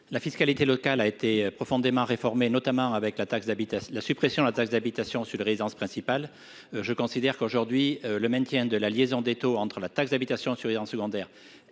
la fiscalité locale a été profondément réformée, notamment avec la suppression de la taxe d’habitation sur les résidences principales, je considère que le maintien de la liaison des taux entre la taxe d’habitation sur les résidences secondaires